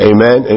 Amen